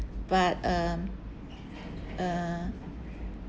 but um uh